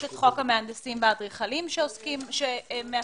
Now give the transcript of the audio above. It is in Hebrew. יש את חוק המהנדסים והאדריכלים שמאפשר